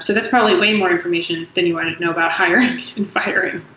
so that's probably way more information that you want to know about hiring and firing.